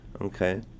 Okay